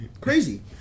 crazy